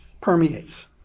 permeates